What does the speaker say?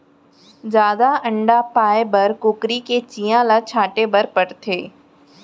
जादा अंडा पाए बर कुकरी के चियां ल छांटे बर परथे